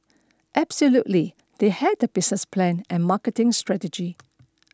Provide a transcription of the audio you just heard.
absolutely they had a business plan and marketing strategy